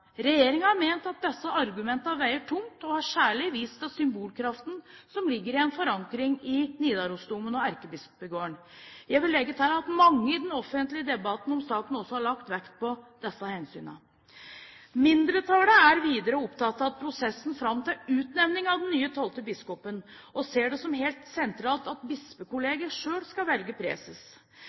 at disse argumentene veier tungt og har særlig vist til symbolkraften som ligger i en forankring i Nidarosdomen og Erkebispegården. Jeg vil legge til at mange i den offentlige debatten om saken også har lagt vekt på disse hensynene. Mindretallet er videre opptatt av prosessen fram til utnevning av den nye tolvte biskopen og ser det som helt sentralt at bispekollegiet selv skal velge